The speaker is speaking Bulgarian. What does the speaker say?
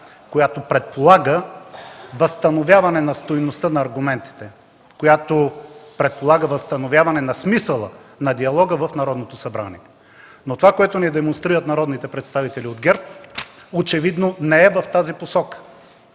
която предполага възстановяване на стойността на аргументите, която предполага възстановяване на смисъла на диалога в Народното събрание. Но това, което ни демонстрират народните представители от ГЕРБ, очевидно не е в тази посока.